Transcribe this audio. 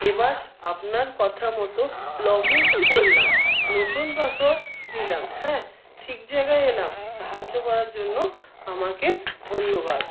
এবার আপনার কথা মতো লগ ইন করলাম নতুন পাসওয়ার্ড দিলাম হ্যাঁ ঠিক জায়গায় এলাম সাহায্য করার জন্য আমাকে ধন্যবাদ